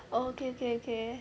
oh okay okay okay